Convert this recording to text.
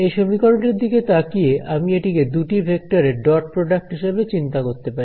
এই সমীকরণটির দিকে তাকিয়ে আমি এটিকে দুটি ভেক্টরের ডট প্রডাক্ট হিসেবে চিন্তা করতে পারি